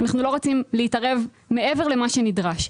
אנחנו לא רוצים להתערב מעבר למה שנדרש.